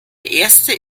erste